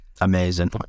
Amazing